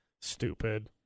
Stupid